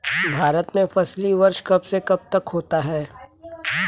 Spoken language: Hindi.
भारत में फसली वर्ष कब से कब तक होता है?